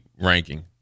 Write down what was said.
ranking